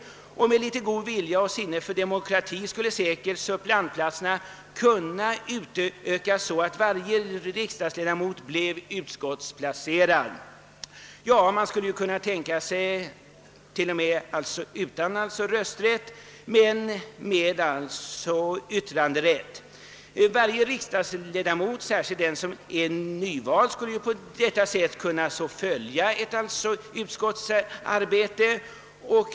Med litet god vilja och sinne för demokrati skulle säkert suppleantplatserna kunna utökas så att varje riksdagsledamot bleve utskottsplacerad, alltså utan rösträtt i utskottet men med yttranderätt. Varje riksdagsledamot, särskilt den som är nyvald, skulle på detta sätt kunna följa ett utskotts arbete.